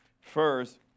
first